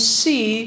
see